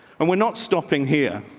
and we're not stopping here.